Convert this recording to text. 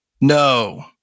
No